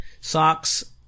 socks